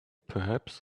perhaps